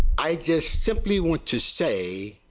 i just simply want to say,